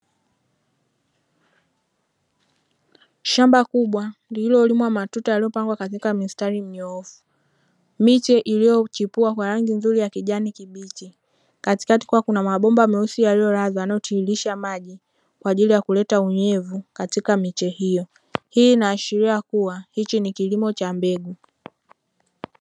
Shamba kubwa lililolimwa matuta yaliyopangwa katika mistari mnyoofu miche iliyochipua kwa rangi nzuri ya kijani kibichi, katikati kukiwa na mabomba meusi yaliyolazwa yanayotirirsha maji kwa ajili ya kuleta unyevu katika miche hiyo ,hii inaashiria hiki ni kilimo cha mbegu.